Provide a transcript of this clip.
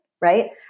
right